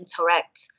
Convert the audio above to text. interact